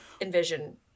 envision